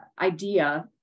idea